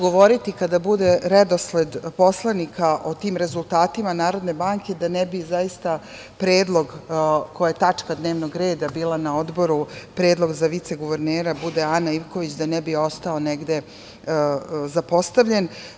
Govoriću kada bude redosled poslanika o tim rezultatima Narodne banke, da ne bih zaista predlog koji je tačka dnevnog reda bila na odboru, predlog da za viceguvernera bude Ana Ivković, da ne bi ostao negde zapostavljen.